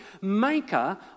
maker